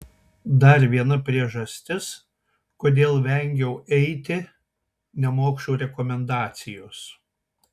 dar viena priežastis kodėl vengiau eiti nemokšų rekomendacijos